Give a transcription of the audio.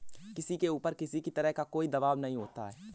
किसी के ऊपर किसी भी तरह का कोई दवाब नहीं होता है